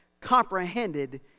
comprehended